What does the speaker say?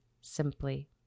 simply